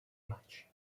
maig